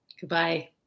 Goodbye